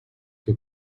que